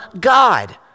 God